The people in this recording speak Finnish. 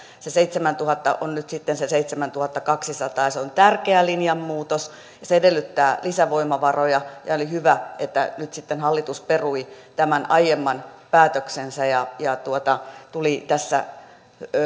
se seitsemäntuhatta on nyt sitten se seitsemäntuhattakaksisataa se on tärkeä linjanmuutos ja se edellyttää lisävoimavaroja ja oli hyvä että nyt sitten hallitus perui tämän aiemman päätöksensä ja ja tuli tässä